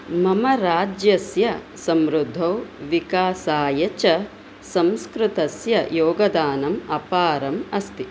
मम राज्यस्य समृद्धौ विकासाय च संस्कृतस्य योगदानम् अपारम् अस्ति